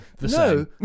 no